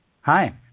Hi